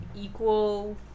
equal